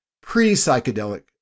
pre-psychedelic